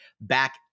back